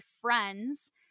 friends